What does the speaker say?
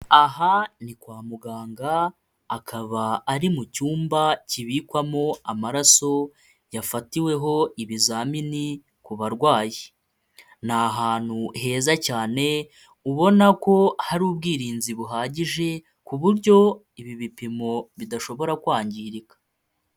Aha ni kwa muganga akaba ari mu cyumba kibikwamo amaraso yafatiweho ibizamini ku barwayi, ni ahantu heza cyane ubona ko hari ubwirinzi buhagije ku buryo ibi bipimo bidashobora kwangirika.